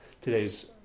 today's